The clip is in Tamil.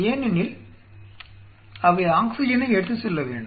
ஏனெனில் அவை ஆக்ஸிஜனை எடுத்துச் செல்ல வேண்டும்